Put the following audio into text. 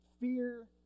fear